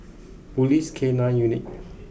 police K nine Unit